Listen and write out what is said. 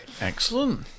Excellent